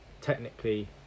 technically